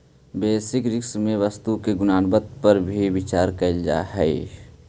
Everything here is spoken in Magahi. बेसिस रिस्क में वस्तु के गुणवत्ता पर भी विचार कईल जा हई